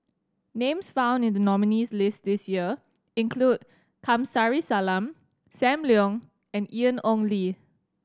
names found in the nominees' list this year include Kamsari Salam Sam Leong and Ian Ong Li